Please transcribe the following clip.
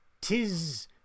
Tis